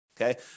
Okay